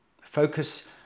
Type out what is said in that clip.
focus